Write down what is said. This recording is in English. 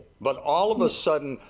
but all of a sudden,